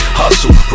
hustle